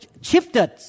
shifted